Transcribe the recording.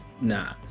nah